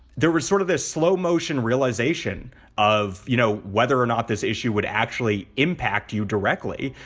there was sort of this slow motion realization of, you know, whether or not this issue would actually impact you directly.